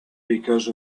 because